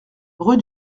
rue